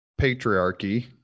patriarchy